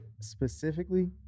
specifically